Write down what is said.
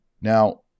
Now